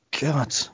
God